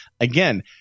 again